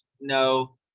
no